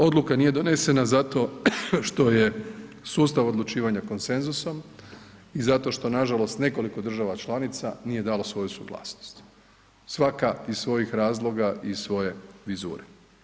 Odluka nije donesena zato što je sustav odlučivanja koncensusom i zato što nažalost nekoliko država članica nije dalo svoju suglasnost, svaka iz svojih razloga i svoje vizure.